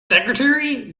secretary